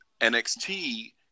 NXT